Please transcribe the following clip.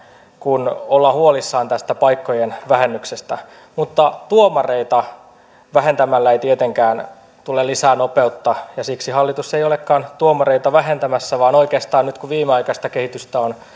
kun ollaan huolissaan tästä paikkojen vähennyksestä mutta tuomareita vähentämällä ei tietenkään tule lisää nopeutta ja siksi hallitus ei olekaan tuomareita vähentämässä vaan oikeastaan nyt kun viimeaikaista kehitystä on